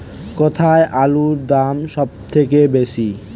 কোথায় আলুর দাম সবথেকে বেশি?